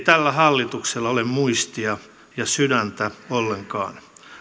tällä hallituksella ole muistia ja sydäntä ollenkaan